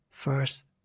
First